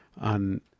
on